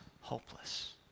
hopeless